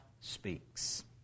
speaks